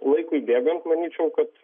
laikui bėgant manyčiau kad